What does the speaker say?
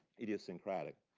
idiosyncratic.